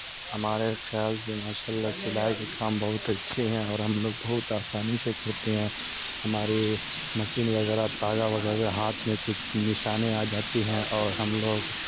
ہمارے خیال سے ماشاء اللہ سلائی کے کام بہت اچھے ہیں اور ہم لوگ بہت آسانی سے کرتے ہیں ہماری مشین وغیرہ دھاگہ وغیرہ ہاتھ میں کچھ نشان آ جاتی ہیں اور ہم لوگ